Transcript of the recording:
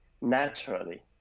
naturally